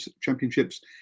Championships